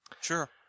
Sure